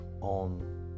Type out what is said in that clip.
on